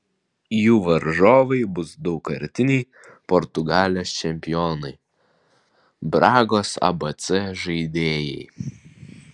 jų varžovai bus daugkartiniai portugalijos čempionai bragos abc žaidėjai